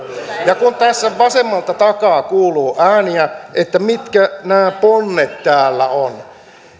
ja kun tässä vasemmalta takaa kuuluu ääniä että mitkä nämä ponnet täällä ovat